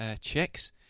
checks